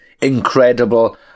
incredible